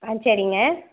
ஆ சரிங்க